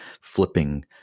flipping